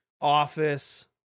office